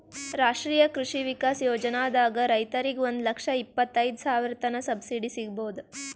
ರಾಷ್ಟ್ರೀಯ ಕೃಷಿ ವಿಕಾಸ್ ಯೋಜನಾದಾಗ್ ರೈತರಿಗ್ ಒಂದ್ ಲಕ್ಷ ಇಪ್ಪತೈದ್ ಸಾವಿರತನ್ ಸಬ್ಸಿಡಿ ಸಿಗ್ಬಹುದ್